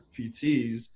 PTs